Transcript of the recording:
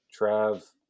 Trav